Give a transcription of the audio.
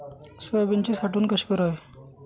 सोयाबीनची साठवण कशी करावी?